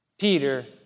Peter